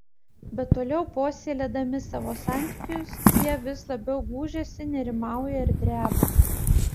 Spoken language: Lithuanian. bet toliau puoselėdami savo santykius jie vis labiau gūžiasi nerimauja ir dreba